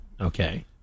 Okay